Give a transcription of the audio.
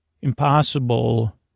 impossible